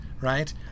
right